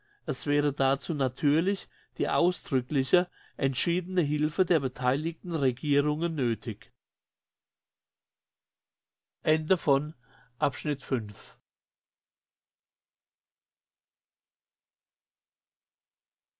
es wäre dazu natürlich die ausdrückliche entschiedene hilfe der betheiligten regierungen